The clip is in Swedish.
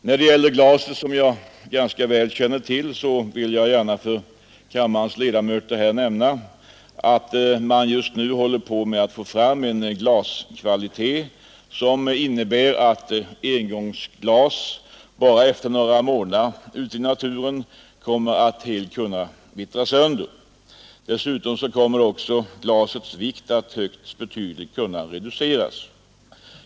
När det gäller glaset som jag ganska väl känner till vill jag för kammarens ledamöter nämna att man just nu håller på med att få fram en glaskvalitet som innebär att ett engångsglas bara efter några månader ute i naturen kommer att helt vittra sönder. Dessutom kommer också glasets vikt att högst betydligt kunna reduceras.